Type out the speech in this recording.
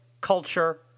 culture